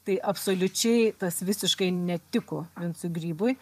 tai absoliučiai tas visiškai netiko vincui grybui